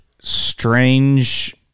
strange